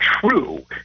true